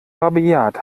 rabiat